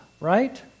right